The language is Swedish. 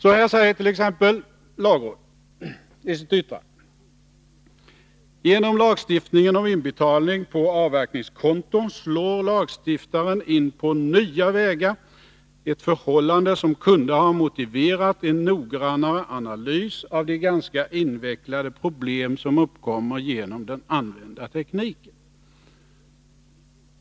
Så här säger t.ex. lagrådet i sitt yttrande: ”Genom lagen om inbetalning på avverkningskonto slår lagstiftaren in på nya vägar, ett förhållande som kunde ha motiverat en noggrann analys av de ganska invecklade problem som uppkommer genom den använda tekniken.